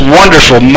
wonderful